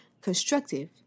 constructive